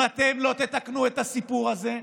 אם אתם לא תתקנו את הסיפור הזה,